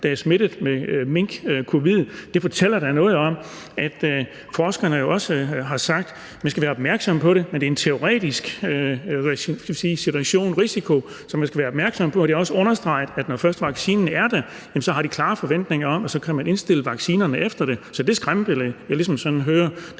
er smittet med minkcovid. Det fortæller da noget om det, som forskerne også har sagt, nemlig at man skal være opmærksom på det, men at det er en teoretisk situation, risiko, som man skal være opmærksom på, og det er også understreget, at når først vaccinen er der, jamen så har de klare forventninger om, at så kan man indstille vaccinerne efter det. Så det skræmmebillede, jeg ligesom sådan hører